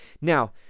Now